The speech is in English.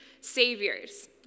Saviors